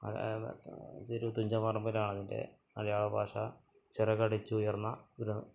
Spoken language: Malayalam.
അതാപ ഇതൊരു തുഞ്ചന് പറമ്പിലാളിന്റെ മലയാള ബാഷ ചിറകടിച്ചുയര്ന്ന ഒര